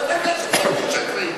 אתה יודע שאתם משקרים.